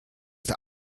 der